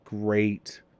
great